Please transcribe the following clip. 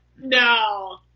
No